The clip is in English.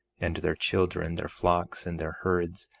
and their children, their flocks and their herds,